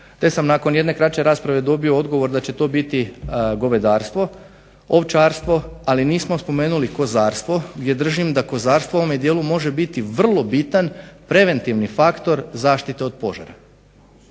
te sam nakon jedne kraće rasprave dobio odgovor da će to biti ovčarstvo, ali nismo spomenuli kozarstvo, gdje držim da kozarstvo u ovom dijelu može biti vrlo bitan preventivni faktor zaštite od požara.